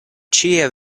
ĉie